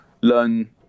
learn